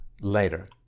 later